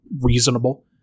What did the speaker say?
reasonable